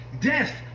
death